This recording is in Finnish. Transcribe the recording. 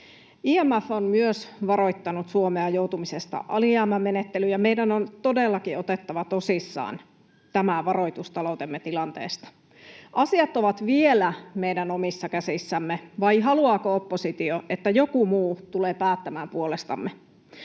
IMF on myös varoittanut Suomea joutumisesta alijäämämenettelyyn, ja meidän on todellakin otettava tosissamme tämä varoitus taloutemme tilanteesta. Asiat ovat vielä meidän omissa käsissämme, vai haluaako oppositio, että joku muu tulee päättämään puolestamme?